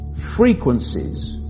frequencies